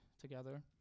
together